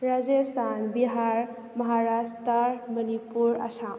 Rajasthan Bihar Maharashtra Manipur Assam